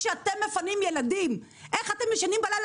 כשאתם מפנים ילדים איך אתם ישנים בלילה